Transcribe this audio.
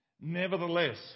Nevertheless